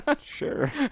Sure